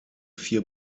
vier